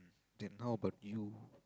then how about you